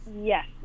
yes